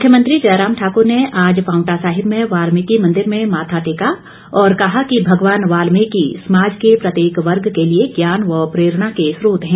मुख्यमंत्री जयराम ठाकुर ने आज पांवटा साहिब में वाल्मीकि मंदिर में माथा टेका और कहा कि भगवान वाल्मीकि समाज के प्रत्येक वर्ग के लिए ज्ञान व प्रेरणा के स्रोत हैं